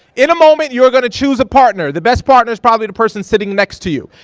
in a moment you are gonna choose a partner. the best partner's probably the person sitting next to you.